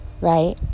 right